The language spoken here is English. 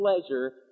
pleasure